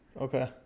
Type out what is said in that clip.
Okay